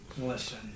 Listen